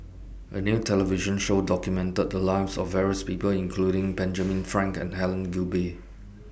A New television Show documented The Lives of various People including Benjamin Frank and Helen Gilbey